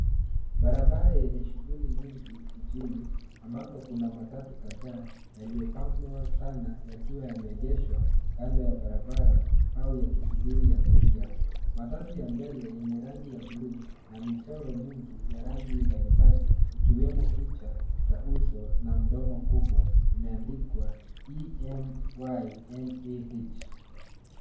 Barabara yenye shughuli nyingi jijini ambapo kuna matatu kadhaa yaliyopambwa sana yakiwa yameegeshwa kando ya barabara au yakisubiri abiria. Matatu ya mbele yenye rangi ya bluu na michoro mingi ya rangi mbalimbali ikiwemo picha za uso na mdomo kubwa Imeandikwa EMYNAH.